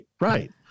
right